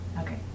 Okay